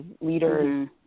leaders